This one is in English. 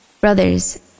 Brothers